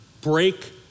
break